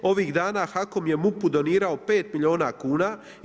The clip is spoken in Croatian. Ovih dana, HAKOM je MUP-u donirao 5 milijuna kuna.